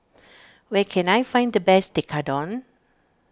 where can I find the best Tekkadon